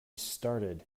started